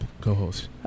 co-host